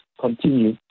continue